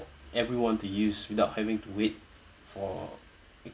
everyone to use without having to wait for